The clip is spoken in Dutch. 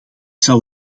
zou